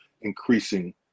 increasing